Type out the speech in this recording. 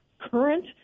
current